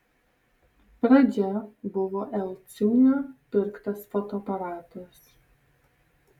pradžia buvo l ciūnio pirktas fotoaparatas